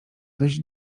dość